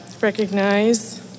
recognize